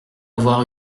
avoir